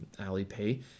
Alipay